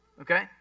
Okay